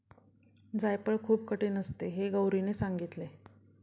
जायफळ खूप कठीण असते हे गौरीने सांगितले